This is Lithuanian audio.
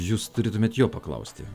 jūs turėtumėt jo paklausti